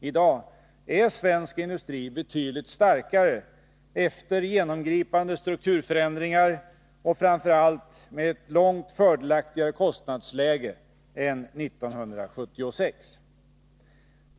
I dag är svensk industri betydligt starkare efter genomgripande strukturförändringar och framför allt med ett långt fördelaktigare kostnadsläge än 1976.